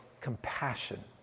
compassion